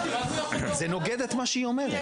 זה נוגד את מה שהיא אומרת.